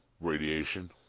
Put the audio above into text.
Radiation